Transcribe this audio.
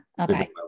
Okay